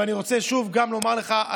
ואני רוצה שוב גם לומר לך,